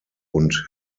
und